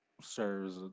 serves